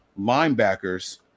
linebackers